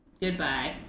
Goodbye